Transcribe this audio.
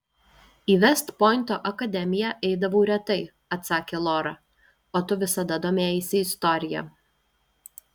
į vest pointo akademiją eidavau retai atsakė lora o tu visada domėjaisi istorija